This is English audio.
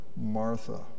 Martha